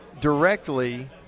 directly